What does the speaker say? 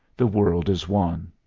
the world is one.